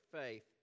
faith